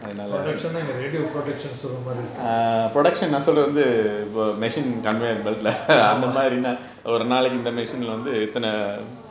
production னா எங்க:naa enga radio production னு சொல்ற மாதிரி இருக்கு ஆமா:nu solra mathiri irukku aama